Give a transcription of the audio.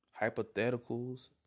hypotheticals